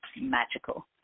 magical